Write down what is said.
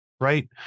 right